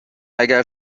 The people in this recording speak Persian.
اگر